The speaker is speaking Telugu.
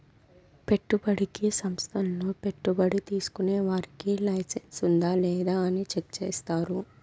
పెట్టుబడికి సంస్థల్లో పెట్టుబడి తీసుకునే వారికి లైసెన్స్ ఉందా లేదా అని చెక్ చేస్తారు